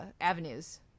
avenues